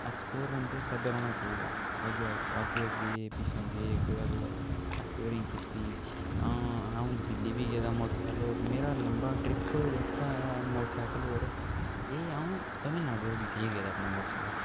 explore बंदे करदे रौह्ना चाहिदा अग्गें अग्गें अग्गें पिच्छे गे कुदै कुदै ऐक्सपलोरिंग कीती आ'ऊं आ'ऊं दिल्ली बी गेदा मौटरसैकल उप्पर मेरा लम्बा ट्रिप जेेह्का ऐ मौटरसैकल उप्पर एह् आ'ऊं तमिलनाडु धोड़ी लेइयै गेदा अपना मौटरसैकल